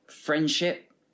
friendship